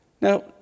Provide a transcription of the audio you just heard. Now